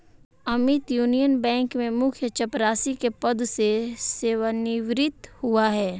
Amit Union Bank में मुख्य चपरासी के पद से सेवानिवृत हुआ है